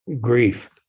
grief